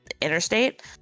interstate